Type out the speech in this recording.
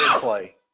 play